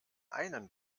einen